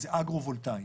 אז אגרו-וולטאי.